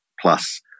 plus